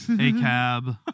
A-Cab